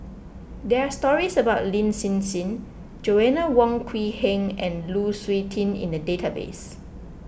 there are stories about Lin Hsin Hsin Joanna Wong Quee Heng and Lu Suitin in the database